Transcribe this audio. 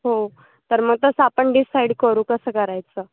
हो तर मग तसं आपण डिसाईड करू कसं करायचं